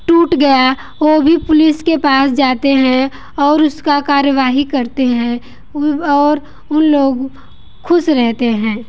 टूट गया और भी पुलिस के पास जाते हैं और उसका कार्यवाही करते हैं और उन लोग खुश रहते हैं